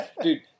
Dude